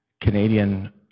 Canadian